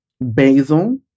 basil